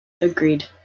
Agreed